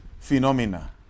phenomena